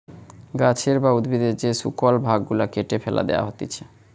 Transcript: গাছের বা উদ্ভিদের যে শুকল ভাগ গুলা কেটে ফেটে দেয়া হতিছে